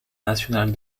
national